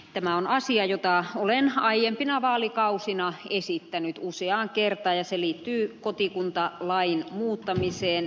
tämä on asia jota olen aiempina vaalikausina esittänyt useaan kertaan ja se liittyy kotikuntalain muuttamiseen